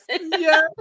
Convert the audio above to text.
yes